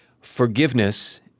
forgiveness